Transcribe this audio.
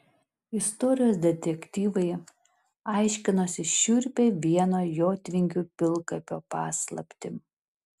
istorijos detektyvai aiškinosi šiurpią vieno jotvingių pilkapio paslaptį